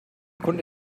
kunde